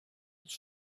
its